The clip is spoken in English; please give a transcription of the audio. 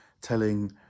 telling